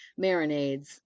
marinades